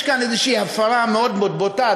יש כאן איזושהי הפרה מאוד מאוד בוטה,